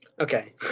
okay